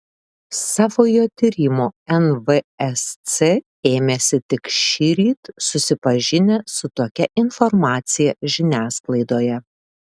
savojo tyrimo nvsc ėmėsi tik šįryt susipažinę su tokia informacija žiniasklaidoje